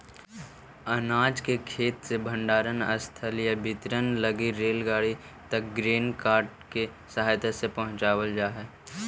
अनाज के खेत से भण्डारणस्थल या वितरण हलगी रेलगाड़ी तक ग्रेन कार्ट के सहायता से पहुँचावल जा हई